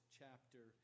chapter